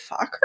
fucker